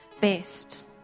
best